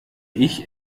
ich